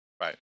Right